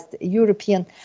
European